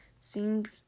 seems